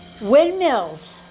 windmills